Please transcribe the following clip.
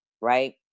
right